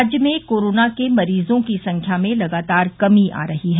राज्य में कोरोना के मरीजों की संख्या में लगातार कमी आ रही है